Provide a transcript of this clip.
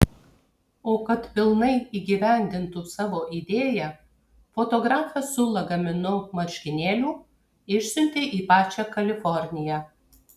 o kad pilnai įgyvendintų savo idėją fotografę su lagaminu marškinėlių išsiuntė į pačią kaliforniją